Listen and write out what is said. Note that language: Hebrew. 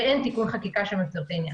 ואין תיקון חקיקה בעניין.